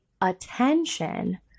attention